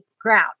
ground